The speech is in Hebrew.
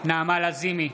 נעמה לזימי,